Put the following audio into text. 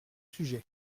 sujet